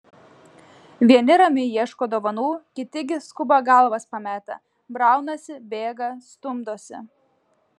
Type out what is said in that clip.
vieni ramiai ieško dovanų kiti gi skuba galvas pametę braunasi bėga stumdosi